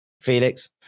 Felix